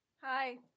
Hi